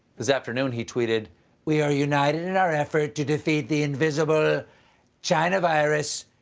this afternoon, he tweeted we are united in our effort to defeat the invisible china virus,